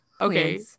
okay